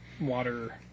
water